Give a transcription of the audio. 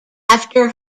after